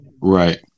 Right